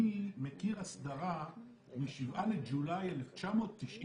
אני מכיר אסדרה מ-7 ביולי 1997,